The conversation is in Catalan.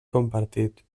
compartit